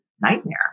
nightmare